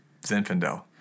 Zinfandel